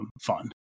fun